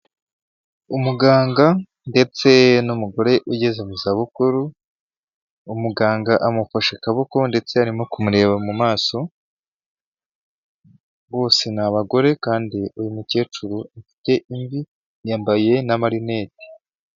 Umuganga ndetse n'umugore ugeze mu za bukuru, umuganga amufashe akaboko ndetse arimo kumureba mu maso bose ni abagore kandi uyu mukecuru afite imvi yambaye n'amarineti.